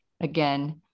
again